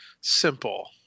simple